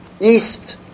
East